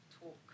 talk